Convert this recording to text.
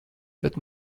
bet